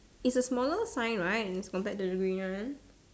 is a smaller sign right compared to the green one